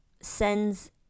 sends